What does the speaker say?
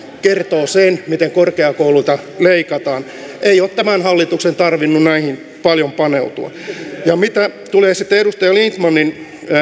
kertoo sen miten korkeakouluilta leikataan ei ole tämän hallituksen tarvinnut näihin paljon paneutua ja mitä tulee sitten edustaja lindtmaniin